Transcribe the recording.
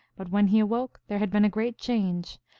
but when he awoke there had been a great change.